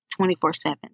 24-7